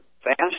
fast